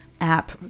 app